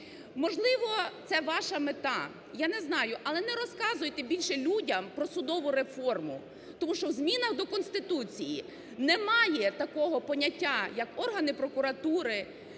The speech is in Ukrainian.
Можливо, це ваша мета, я не знаю. Але не розказуйте більше людям про судову реформу, тому що в змінах до Конституції немає такого поняття, як органи прокуратури,